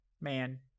man